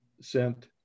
sent